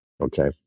Okay